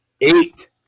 Eight